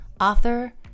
author